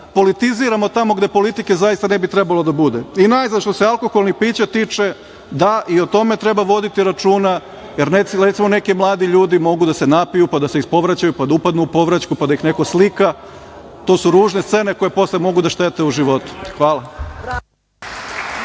politiziramo tamo gde politike zaista ne bi trebalo da bude. Najzad, što se alkoholnih pića tiče, da, i o tome treba voditi računa, jer neki mladi ljudi, recimo, mogu da se napiju, pa da se ispovraćaju, pa da upadnu u povraćku, pa da ih neko slika. To su ružne scene koje posle mogu da štete u životu. Hvala.